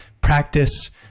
practice